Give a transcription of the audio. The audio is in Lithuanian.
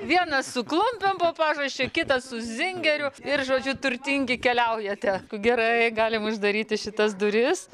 vienas su klumpėm po pažasčia kitas su zingeriu ir žodžiu turtingi keliaujate gerai galim uždaryti šitas duris